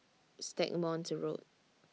Stagmont Road